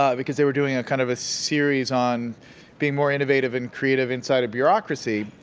ah because they were doing a kind of series on being more innovative and creative inside of bureaucracy.